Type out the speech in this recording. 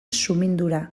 sumindura